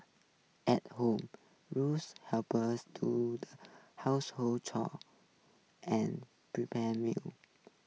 at home rules helpers to household chores and prepare meals